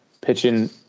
pitching